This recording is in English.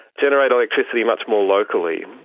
generate electricity much more locally.